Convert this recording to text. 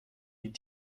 die